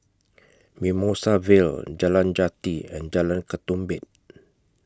Mimosa Vale Jalan Jati and Jalan Ketumbit